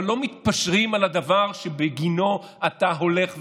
אבל לא מתפשרים על הדבר שבגינו אתה הולך וקורא: